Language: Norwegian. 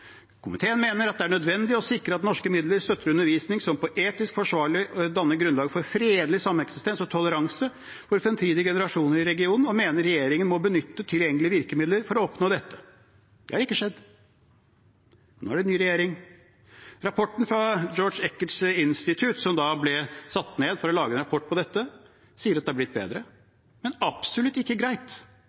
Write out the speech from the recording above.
komiteen enig om følgende: «Komiteen mener det er nødvendig å sikre at norske midler støtter undervisning som er etisk forsvarlig og danner grunnlag for fredelig sameksistens og toleranse for fremtidige generasjoner i regionen, og mener regjeringen må benytte tilgjengelige virkemidler for å oppnå dette.» Det har ikke skjedd, og nå er det ny regjering. Rapporten fra George Eckert Institute, som ble satt til å lage en rapport på dette, sier at det er blitt bedre, men absolutt ikke greit.